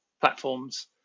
platforms